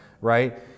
right